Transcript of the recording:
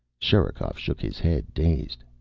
sherikov shook his head, dazed.